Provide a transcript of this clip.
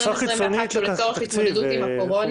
תוספתי נוסף ל-2021 שהוא לצורך התמודדות עם הקורונה.